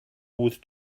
with